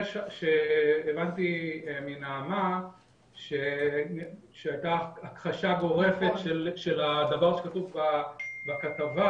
הבנתי מנעמה שהייתה הכחשה גורפת של הדבר שכתוב בכתבה,